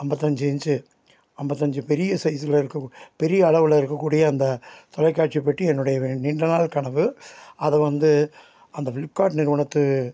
ஐம்பத்தஞ்சி இன்ச்சு ஐம்பத்தஞ்சி பெரிய சைஸ்ஸில் இருக்க பெரிய அளவில் இருக்கக்கூடிய அந்த தொலைக்காட்சி பெட்டி என்னுடைய நீண்ட நாள் கனவு அதை வந்து அந்த ஃப்ளிப்கார்ட் நிறுவனத்து